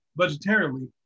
budgetarily